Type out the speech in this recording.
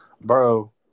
bro